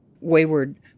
wayward